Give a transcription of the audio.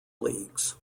leagues